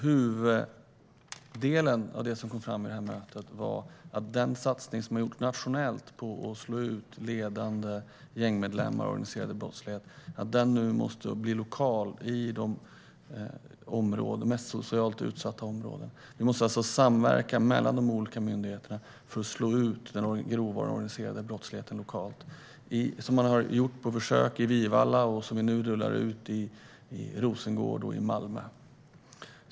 Huvuddelen av det som kom fram vid mötet var att den satsning som har gjorts nationellt på att slå ut ledande gängmedlemmar och organiserad brottslighet nu måste bli lokal i de mest socialt utsatta områdena. Vi måste alltså samverka mellan de olika myndigheterna för att slå ut den grova organiserade brottsligheten lokalt. Man har gjort detta på försök i Vivalla, och vi rullar nu ut det i Rosengård och Malmö.